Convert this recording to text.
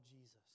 Jesus